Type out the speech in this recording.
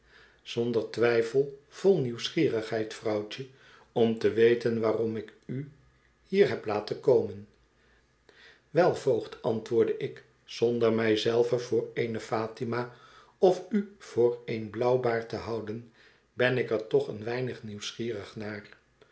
zonder twijfel vol nieuwsgierigheid vrouwtje om te weten waarom ik u hier heb laten komen wel voogd antwoordde ik zonder mij zelve voor eene fatima of u voor een blauwbaard te houden ben ik er toch een weinigje nieuwsgierig naar